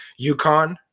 uconn